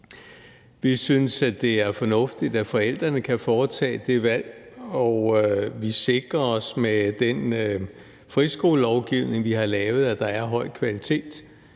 vi synes, det er fornuftigt, at forældrene kan foretage det valg, og vi sikrer os med den friskolelovgivning, vi har lavet, at der er høj kvalitet.